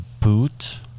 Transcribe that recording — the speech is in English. boot